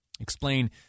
Explain